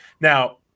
Now